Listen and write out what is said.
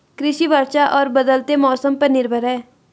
कृषि वर्षा और बदलते मौसम पर निर्भर है